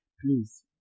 please